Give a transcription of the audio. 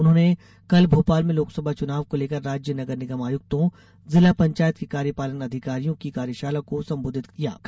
उन्होंने कल भोपाल में लोकसभा चुनाव को लेकर राज्य नगरनिगम आयुक्तों जिला पंचायत के कार्यपालन अधिकारियों की कार्यशाला को संबोधित कर रहे थे